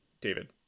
David